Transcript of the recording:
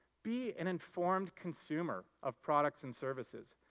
be an informed consumer of products and services.